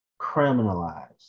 criminalized